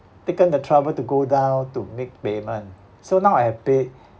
taken the trouble to go down to make payment so now I pay